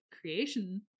creation